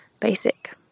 basic